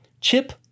Chip